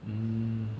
mm